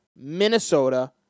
Minnesota